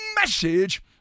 message